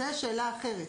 זאת שאלה אחרת.